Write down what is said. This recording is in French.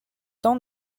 dents